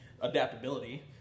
adaptability